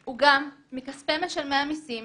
הוא גם מכספי משלמי המיסים